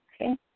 Okay